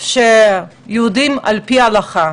שהם יהודים על פי ההלכה,